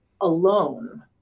alone